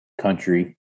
country